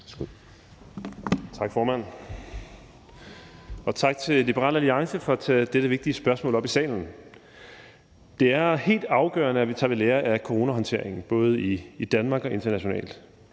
Tak, formand, og tak til Liberal Alliance for at tage dette vigtige spørgsmål op i salen. Det er helt afgørende, at vi tager ved lære af coronahåndteringen både i Danmark og internationalt.